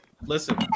listen